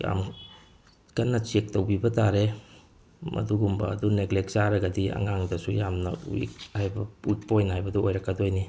ꯌꯥꯝ ꯀꯟꯅ ꯆꯦꯛ ꯇꯧꯕꯤꯕ ꯇꯥꯔꯦ ꯃꯗꯨꯒꯨꯝꯕ ꯑꯗꯨ ꯅꯦꯒ꯭ꯂꯦꯛ ꯆꯥꯔꯒꯗꯤ ꯑꯉꯥꯡꯗꯁꯨ ꯌꯥꯝꯅ ꯋꯤꯛ ꯍꯥꯏꯕ ꯋꯤꯛꯄꯣꯏꯟ ꯍꯥꯏꯕꯗꯨ ꯑꯣꯏꯔꯛꯀꯗꯣꯏꯅꯤ